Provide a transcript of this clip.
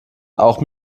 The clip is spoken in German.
auch